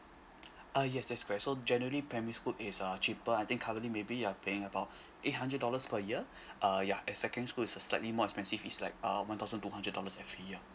uh yes that's correct so generally primary school is uh cheaper I think currently maybe uh paying about eight hundred dollars per year uh ya and secondary school is a slightly more expensive is like uh one thousand two hundred dollars every year